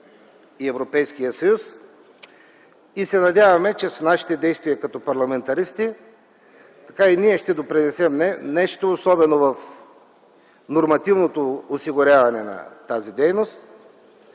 и Европейския съюз и се надяваме, че с нашите действия като парламентаристи и ние ще допринесем нещо, особено в нормативното осигуряване на тази дейност,